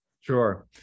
Sure